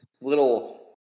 little